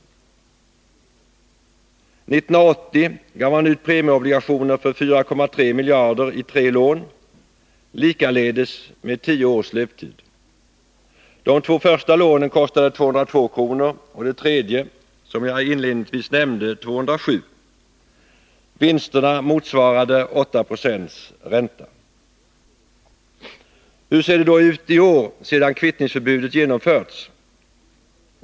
1980 gav man ut premieobligationer för 4,3 miljarder i tre lån, likaledes med tio års löptid. De två första lånen kostade 202 kronor och det tredje, som jag inledningsvis nämnde, 207 kronor. Vinsterna motsvarar 8 90 ränta. Hur ser det då ut i år, sedan kvittningsförbudet genomförts?